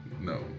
No